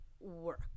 work